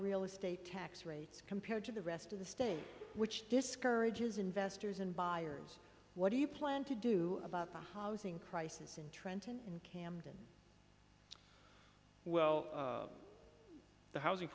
real estate tax rates compared to the rest of the state which discourages investors and buyers what do you plan to do about the housing crisis in trenton and camden well the housing